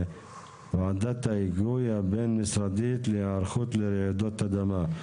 ועדת ההיגוי הבין משרדית להיערכות לרעידות אדמה.